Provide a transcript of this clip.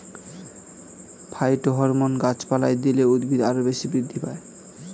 phytohormone গাছপালায় দিলে উদ্ভিদ আরও বেশি বৃদ্ধি পায়